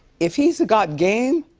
if he's got game,